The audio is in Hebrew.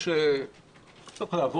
כדי שדברים לא יראו